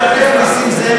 חבר הכנסת נסים זאב,